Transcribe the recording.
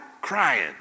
crying